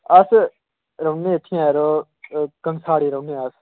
अस रौह्न्नें इत्थै आं जरो कनथाड़ी रौह्न्ने आं अस